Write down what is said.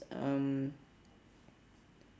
um